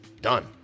done